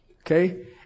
okay